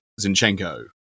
Zinchenko